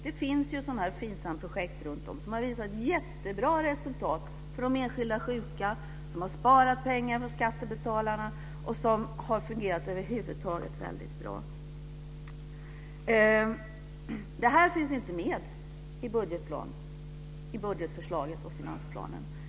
Det finns ju Finsamprojekt som har visat jättebra resultat för de enskilda sjuka, som har sparat pengar för skattebetalarna och som över huvud taget har fungerat väldigt bra. Det här finns inte med i budgetförslaget och i finansplanen.